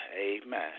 Amen